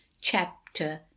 chapter